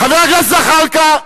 חבר הכנסת זחאלקה,